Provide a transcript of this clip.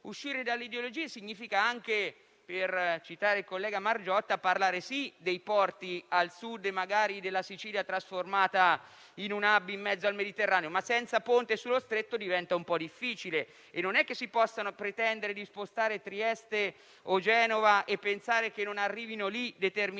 Uscire dalle ideologie significa anche - per citare il collega Margiotta - parlare sì dei porti al Sud e magari della Sicilia trasformata in un *hub* in mezzo al Mediterraneo, ma senza ponte sullo Stretto diventa un po' difficile; e non è che si possa pretendere di spostare Trieste o Genova e pensare che non arrivino lì determinate merci.